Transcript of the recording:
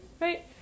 right